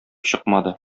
чыкмады